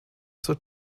zur